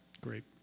Great